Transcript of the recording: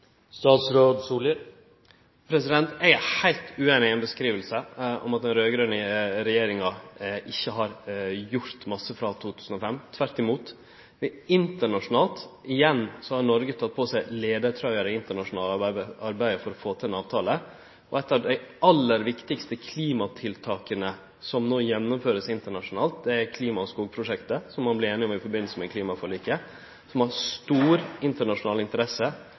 regjeringa ikkje har gjort mykje frå 2005. Tvert imot – internasjonalt har Noreg igjen teke på seg leiartrøya i det internasjonale arbeidet for å få til ein avtale. Eit av dei aller viktigaste klimatiltaka som no vert gjennomført internasjonalt, er klima- og skogprosjektet, som ein vart einig om i samband med klimaforliket, som har stor internasjonal interesse,